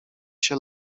się